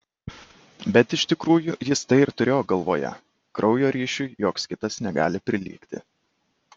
bet iš tikrųjų jis tai ir turėjo galvoje kraujo ryšiui joks kitas negali prilygti